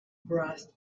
brest